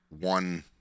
one